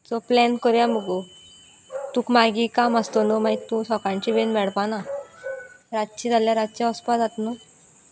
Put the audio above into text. चोय प्लॅन करया मगो तुका मागीर काम आसतो न्हू मागीर तूं सकाळची वेन मेळपाना रातची जाल्यार रातचें वसपा जात न्हू